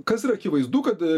kas yra akivaizdu kad